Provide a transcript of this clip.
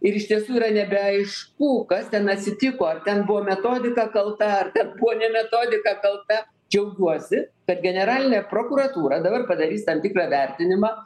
ir iš tiesų yra nebeaišku kas ten atsitiko ar ten buvo metodika kalta ar ten buvo ne metodika kalta džiaugiuosi kad generalinė prokuratūra dabar padarys tam tikrą vertinimą